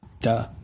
Duh